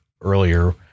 earlier